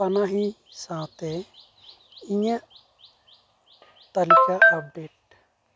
ᱯᱟᱱᱟᱦᱤ ᱥᱟᱶᱛᱮ ᱤᱧᱟᱹᱜ ᱛᱟᱞᱤᱠᱟ ᱟᱯᱰᱮᱴᱢᱮ